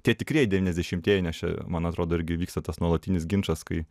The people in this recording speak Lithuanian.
tie tikrieji devyniasdešimtieji nes čia man atrodo irgi vyksta tas nuolatinis ginčas kai